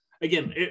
again